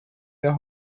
their